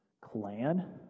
clan